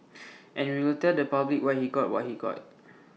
and we will tell the public why he got what he got